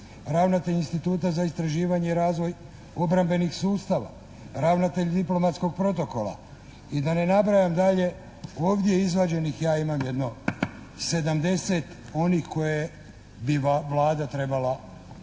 ravnatelj instituta za istraživanje, razvoj obrambenih sustava, ravnatelj diplomatskog protokola. I da ne nabrajam dalje, ovdje izvađenih ja imam jedno 70 onih koje bi Vlada trebala dostaviti